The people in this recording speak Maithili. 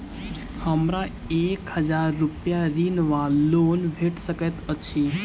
हमरा एक हजार रूपया ऋण वा लोन भेट सकैत अछि?